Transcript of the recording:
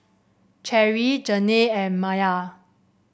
Cherry Janae and Maye